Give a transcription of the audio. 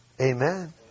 Amen